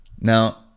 Now